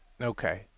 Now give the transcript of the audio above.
Okay